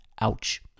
Ouch